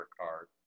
card